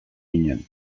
ginen